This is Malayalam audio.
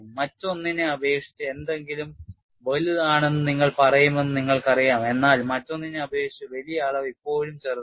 മറ്റൊന്നിനെ അപേക്ഷിച്ച് എന്തെങ്കിലും വലുതാണെന്ന് നിങ്ങൾ പറയുമെന്ന് നിങ്ങൾക്കറിയാം എന്നാൽ മറ്റൊന്നിനെ അപേക്ഷിച്ച് വലിയ അളവ് ഇപ്പോഴും ചെറുതാണ്